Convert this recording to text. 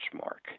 mark